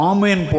Amen